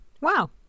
Wow